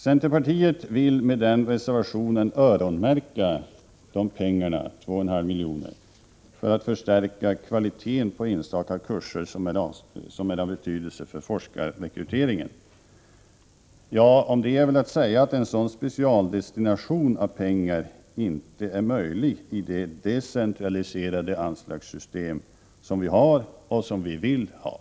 Centerpartiet vill med den reservationen öronmärka de föreslagna 2,5 miljonerna för att förstärka kvaliteten på enstaka kurser som är av betydelse för forskarrekryteringen. Om detta är att säga att en sådan specialdestination av pengar inte är möjlig i det decentraliserade anslagssystem som vi har och som vi vill ha.